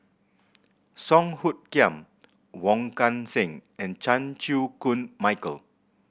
Song Hoot Kiam Wong Kan Seng and Chan Chew Koon Michael